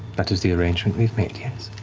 that is the arrangement we've made, yes.